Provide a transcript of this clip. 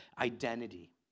identity